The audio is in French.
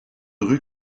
rue